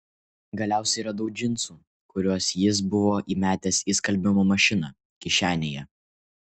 galiausiai radau džinsų kuriuos jis buvo įmetęs į skalbimo mašiną kišenėje